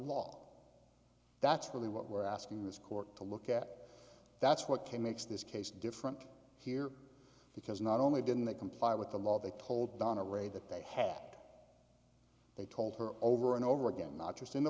law that's really what we're asking this court to look at that's what came makes this case different here because not only didn't they comply with the law they told donna ray that they had they told her over and over again not just in the